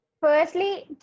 Firstly